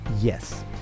Yes